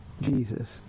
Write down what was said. Jesus